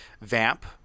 vamp